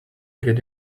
get